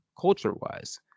culture-wise